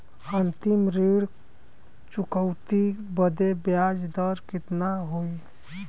अंतिम ऋण चुकौती बदे ब्याज दर कितना होई?